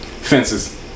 fences